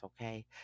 okay